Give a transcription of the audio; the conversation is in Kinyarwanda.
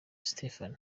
stephen